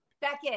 Beckett